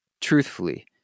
truthfully